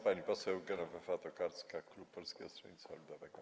Pani poseł Genowefa Tokarska, klub Polskiego Stronnictwa Ludowego.